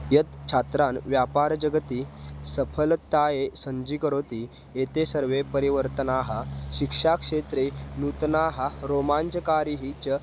यत् छात्रान् व्यापारजगति सफलतायै सज्जीकरोति एते सर्वे परिवर्तनाः शिक्षाक्षेत्रे नूतनाः रोमाञ्चकारी च